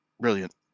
Brilliant